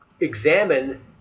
examine